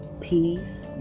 peace